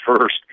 first